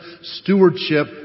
stewardship